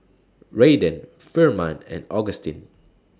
Raiden Firman and Augustine